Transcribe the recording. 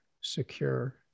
secure